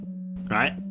Right